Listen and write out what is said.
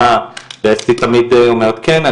ואסתי תמיד אומרת כן,